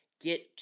Get